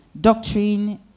doctrine